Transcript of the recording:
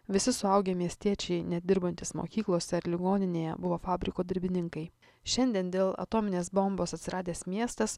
visi suaugę miestiečiai net dirbantys mokyklose ar ligoninėje buvo fabriko darbininkai šiandien dėl atominės bombos atsiradęs miestas